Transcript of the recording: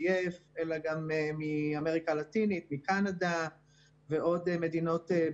אנחנו נדע גם את זה לעשות ועשינו את זה.